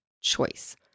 choice